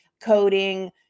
coding